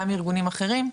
גם ארגונים אחרים.